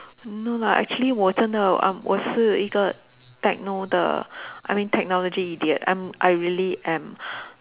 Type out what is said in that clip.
no lah actually 真的 um 我是一个 techno 的 I mean technology idiot I'm I really am